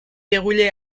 déroulé